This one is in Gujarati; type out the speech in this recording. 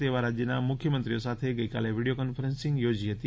તેવા રાજ્યોના મુખ્યમંત્રી સાથે ગઈકાલે વિડીયો કોન્ફરન્સ યોજી હતી